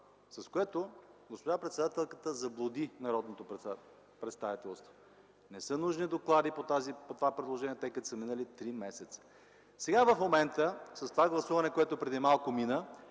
с което госпожа председателката заблуди народното представителство. Не са нужни доклади по това предложение, тъй като са минали три месеца. В момента с това гласуване, което мина преди малко,